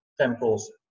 temples